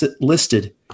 Listed